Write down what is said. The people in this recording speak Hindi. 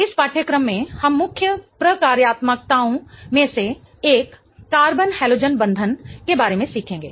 इस पाठ्यक्रम में हम मुख्य प्रकार्यात्मकताओं में से एक कार्बन हलोजन बंधन के बारे में सीखेंगे